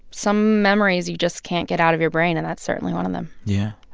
some memories you just can't get out of your brain, and that's certainly one of them yeah.